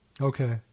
Okay